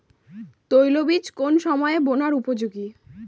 তৈলবীজ কোন সময়ে বোনার উপযোগী?